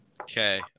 Okay